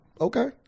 Okay